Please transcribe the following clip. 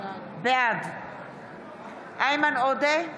בעד איימן עודה,